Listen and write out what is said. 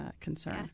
concern